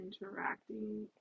interacting